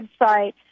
website